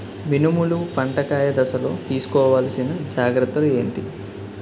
మినుములు పంట కాయ దశలో తిస్కోవాలసిన జాగ్రత్తలు ఏంటి?